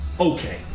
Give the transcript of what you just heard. Okay